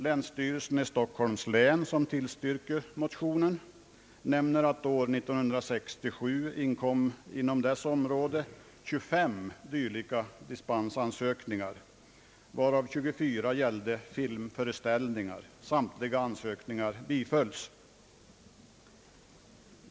Länsstyrelsen i Stockholms län, som tillstyrker motionen, nämner att inom dess område år 1967 inkom 25 dylika dispensansökningar, varav 24 gällde filmföreställningar. Samtliga ansökningar bifölls.